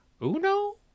Uno